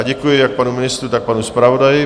Děkuji jak panu ministrovi, tak panu zpravodaji.